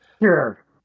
Sure